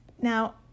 Now